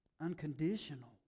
unconditional